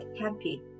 happy